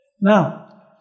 Now